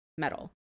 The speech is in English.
metal